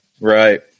Right